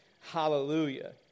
hallelujah